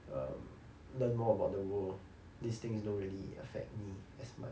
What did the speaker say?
um learn more about the world this thing don't really affect me as much